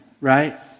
right